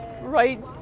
right